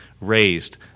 raised